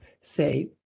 say